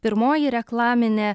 pirmoji reklaminė